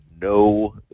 no